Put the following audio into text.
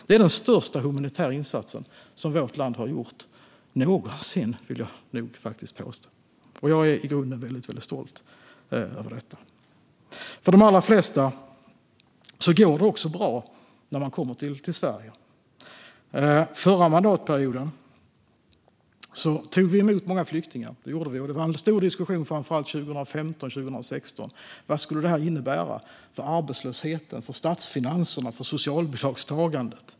Det är den största humanitära insatsen vårt land någonsin gjort, vill jag faktiskt påstå, och jag är i grunden stolt över detta. För de allra flesta går det också bra när de kommer till Sverige. Förra mandatperioden tog vi emot många flyktingar, det gjorde vi, och det var en stor diskussion framför allt 2015 och 2016 om vad det skulle innebära för arbetslösheten, för statsfinanserna, för socialbidragstagandet.